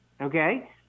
okay